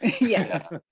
Yes